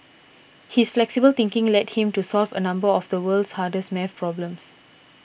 his flexible thinking led him to solve a number of the world's hardest math problems